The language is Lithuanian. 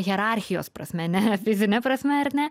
hierarchijos prasme ne fizine prasme ar ne